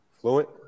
Fluent